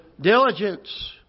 Diligence